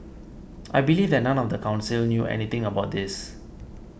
I believe that none of the council knew anything about this